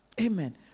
Amen